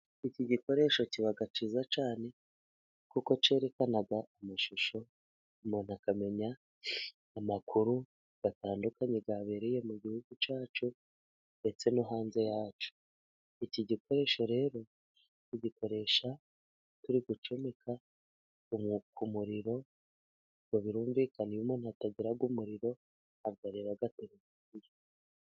Iki gikoresho kiba cyiza cyane, kuko cyerekana amashusho umuntu akamenya amakuru atandukanye yabereye mu gihugu cyacu, ndetse no hanze yacyo. Iki gikoresho rero, tugikoresha turi gucomeka ku muririro, ubwo birumvikana iyo umuntu atagira umuriro, ntabwo areba tereviziyo.